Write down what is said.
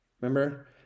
Remember